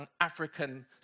African